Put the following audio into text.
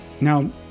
Now